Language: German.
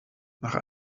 nach